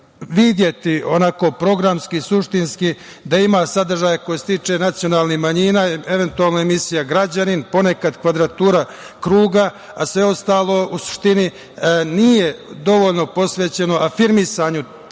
videti onako programski suštinski, da ima sadržaja koji se tiče nacionalnih manjina, eventualno emisija „Građanin“, ponekad „Kvadratura kruga“, a sve ostalo, u suštini, nije dovoljno posvećeno afirmisanju